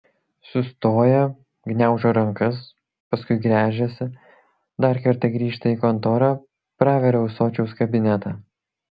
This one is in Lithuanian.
sustoja gniaužo rankas paskui gręžiasi dar kartą grįžta į kontorą praveria ūsočiaus kabinetą